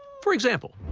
for example,